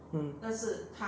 mm